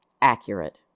accurate